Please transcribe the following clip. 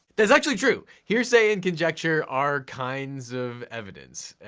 that's actually true, hearsay and conjecture are kinds of evidence.